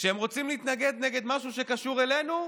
כשהם רוצים להתנגד כנגד משהו שקשור אלינו,